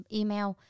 email